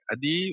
Adi